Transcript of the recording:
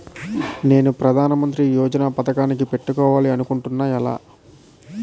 నేను ప్రధానమంత్రి యోజన పథకానికి పెట్టుకోవాలి అనుకుంటున్నా ఎలా?